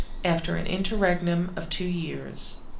after an interregnum of two years.